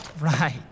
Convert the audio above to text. Right